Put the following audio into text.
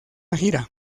gira